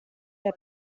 der